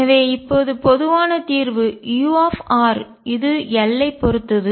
எனவே இப்போது பொதுவான தீர்வு u இது l ஐப் பொறுத்தது